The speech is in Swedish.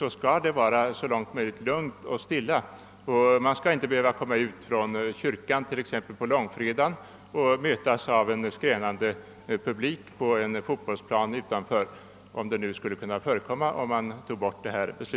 Kyrkobesökare skall t.ex. inte på långfredagen behöva mötas av en skränande publik på en fotbollsplan i närheten, när de kommer ut ur kyrkan.